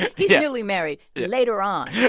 and he's newly married. later on,